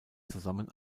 zusammen